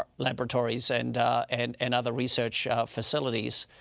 um laboratories and and and other research facilities.